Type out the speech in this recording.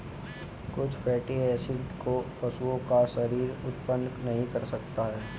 कुछ fatty acid को पशुओं का शरीर उत्पन्न नहीं कर सकता है